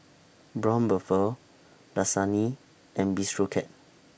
Braun Buffel Dasani and Bistro Cat